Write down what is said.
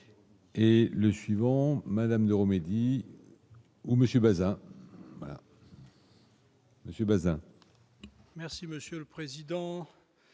Et le suivant Madame ne remédie au monsieur Baeza. Monsieur Baeza. Merci Monsieur le Président,